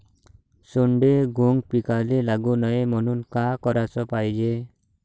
सोंडे, घुंग पिकाले लागू नये म्हनून का कराच पायजे?